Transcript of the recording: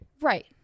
Right